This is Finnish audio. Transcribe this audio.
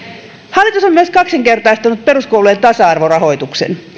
hallitus on myös kaksinkertaistanut peruskoulujen tasa arvorahoituksen